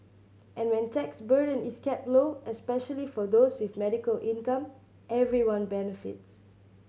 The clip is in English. and when tax burden is kept low especially for those with medical income everyone benefits